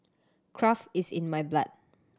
craft is in my blood